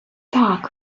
так